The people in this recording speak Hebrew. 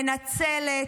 מנצלת,